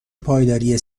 پایداری